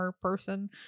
person